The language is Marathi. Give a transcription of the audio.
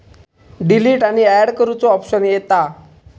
डिलीट आणि अँड करुचो ऑप्शन येता